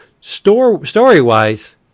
Story-wise